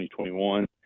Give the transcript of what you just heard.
2021